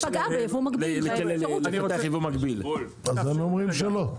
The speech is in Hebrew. היה כנגד העובדה שהיא פגעה בייבוא מקביל אז הם אומרים שלא.